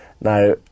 Now